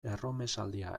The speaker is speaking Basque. erromesaldia